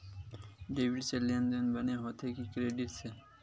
Debit से लेनदेन बने होथे कि क्रेडिट से?